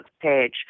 page